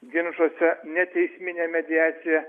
ginčuose neteisminė mediacija